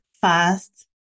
fast